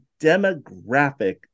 demographic